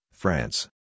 France